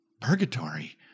purgatory